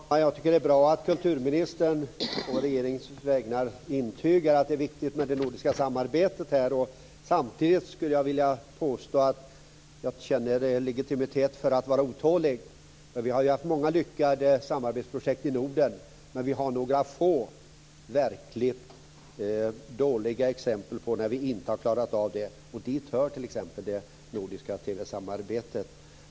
Fru talman! Jag tycker att det är bra att kulturministern, på regeringens vägnar, intygar att det är viktigt med det nordiska samarbetet här. Samtidigt skulle jag vilja påstå att jag känner legitimitet för att vara otålig. Vi har ju haft många lyckade samarbetsprojekt i Norden. Och vi har haft få verkligt dåliga exempel på när vi inte har klarat av det, men dit hör t.ex. det nordiska TV-samarbetet.